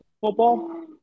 football